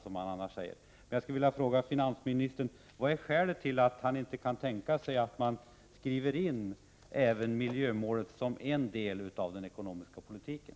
Jag skulle vilja fråga finansministern: Vad är skälet till att finansministern inte kan tänka sig att man skriver in även miljömålet som en del i den ekonomiska politiken?